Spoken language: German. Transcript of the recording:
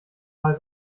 mal